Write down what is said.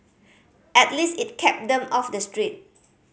at least it kept them off the street